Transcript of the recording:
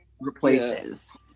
replaces